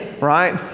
right